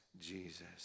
Jesus